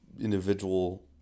individual